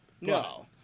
No